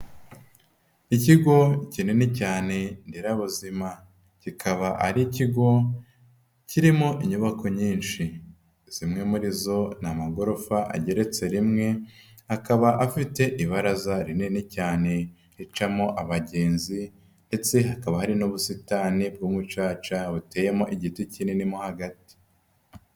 Ikigo kinini cyane nderabuzima, kikaba ari kigo kirimo inyubako nyinshi, zimwe muri zo ni amagorofa ageretse rimwe, akaba afite ibaraza rinini cyane, ricamo abagenzi ndetse hakaba hari n'ubusitani bw'umucaca, buteyemo igiti kinini mo hagati.